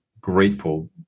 grateful